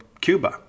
Cuba